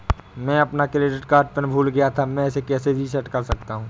मैं अपना credit card PIN भूल गया था मैं इसे कैसे रीसेट कर सकता हूँ?